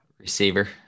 Receiver